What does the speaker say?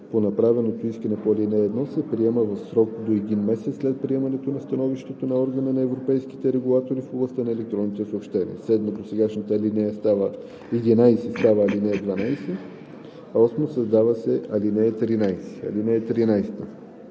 по направеното искане по ал. 1 се приема в срок до един месец след приемане на становището на Органа на европейските регулатори в областта на електронните съобщения.“ 7. Досегашната ал. 11 става ал. 12. 8. Създава се ал. 13: